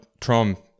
Trump